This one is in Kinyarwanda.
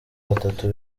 batatu